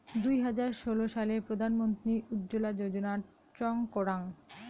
দুই হাজার ষোলো সালে প্রধান মন্ত্রী উজ্জলা যোজনা চং করাঙ